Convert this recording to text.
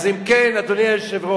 אז אם כן, אדוני היושב-ראש,